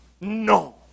no